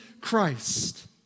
Christ